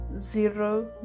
zero